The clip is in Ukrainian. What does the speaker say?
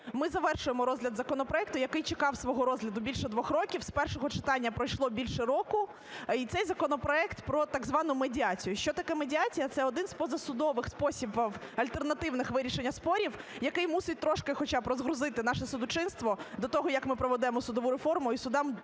Ми завершуємо розгляд законопроекту, який чекав свого розгляду більше двох років. З першого читання пройшло більше року. І цей законопроект про так звану медіацію. Що таке медіація – це один з позасудових способів альтернативного вирішення спорів, який мусить трошки хоча б розгрузити наше судочинство до того, як ми проведемо судову реформу і судам почнеться